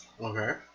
Okay